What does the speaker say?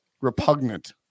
repugnant